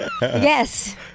Yes